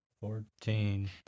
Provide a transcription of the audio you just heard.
Fourteen